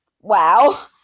wow